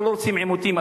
אנחנו לא רוצים עימותים,